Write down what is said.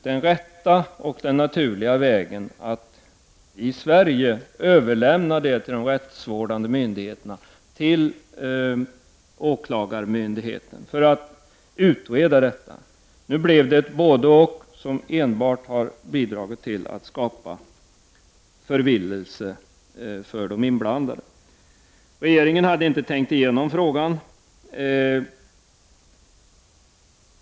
Den rätta och naturliga vägen hade då varit att i Sverige överlämna denna framställning till rättsvårdande myndighet, till åklagarmyndigheten, för att låta utreda frågan. Nu blev det ett både—och, som enbart har bidragit till att skapa förvirring för de inblandade. Regeringen hade inte tänkt igenom saken.